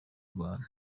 bantu